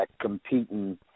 competing